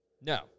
no